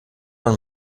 man